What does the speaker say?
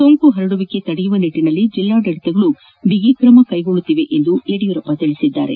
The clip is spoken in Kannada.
ಸೋಂಕು ಹರಡುವಿಕೆ ತಡೆಯುವ ನಿಟ್ಟಿನಲ್ಲಿ ಜಿಲ್ಲಾಡಳಿತಗಳು ಬಿಗಿ ಕ್ರಮ ಕೈಗೊಳ್ಳುತ್ತಿವೆ ಎಂದು ಯಡಿಯೂರಪ್ಪ ತಿಳಿಸಿದರು